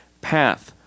path